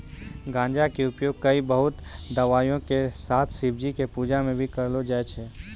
गांजा कॅ उपयोग कई बहुते दवाय के साथ शिवजी के पूजा मॅ भी करलो जाय छै